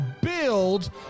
build